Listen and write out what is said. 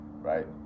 right